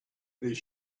this